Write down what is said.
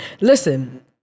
listen